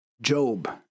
Job